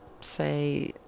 say